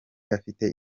afite